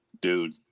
dude